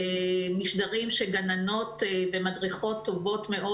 משדרים של גגנות ומדריכות טובות מאוד